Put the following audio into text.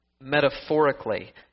metaphorically